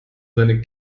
seine